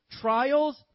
trials